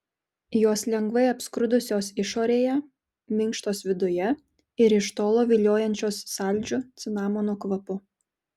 jos lengvai apskrudusios išorėje minkštos viduje ir iš tolo viliojančios saldžiu cinamono kvapu